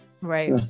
right